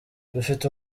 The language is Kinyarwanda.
dufite